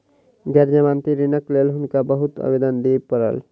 गैर जमानती ऋणक लेल हुनका बहुत आवेदन दिअ पड़ल